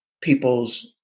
people's